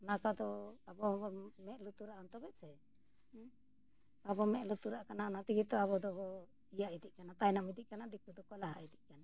ᱚᱱᱟ ᱠᱚᱫᱚ ᱟᱵᱚ ᱦᱚᱸᱵᱚᱱ ᱢᱮᱸᱫ ᱞᱩᱛᱩᱨᱟᱜ ᱟᱢ ᱛᱚᱵᱮ ᱥᱮ ᱟᱵᱚ ᱢᱮᱸᱫ ᱞᱩᱛᱩᱨᱟᱜ ᱠᱟᱱᱟ ᱚᱱᱟ ᱛᱮᱜᱮ ᱛᱚ ᱟᱵᱚᱫᱚ ᱤᱭᱟᱹ ᱤᱫᱤᱜ ᱠᱟᱱᱟ ᱛᱟᱭᱱᱚᱢ ᱤᱫᱤᱜ ᱠᱟᱱᱟ ᱫᱤᱠᱩ ᱫᱚᱠᱚ ᱞᱟᱦᱟ ᱤᱫᱤᱜ ᱠᱟᱱᱟ